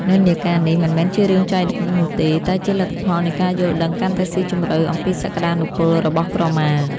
និន្នាការនេះមិនមែនជារឿងចៃដន្យនោះទេ តែជាលទ្ធផលនៃការយល់ដឹងកាន់តែស៊ីជម្រៅអំពីសក្តានុពលរបស់ក្រមា។